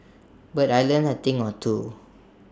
but I learnt A thing or two